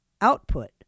output